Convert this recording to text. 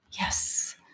Yes